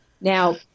Now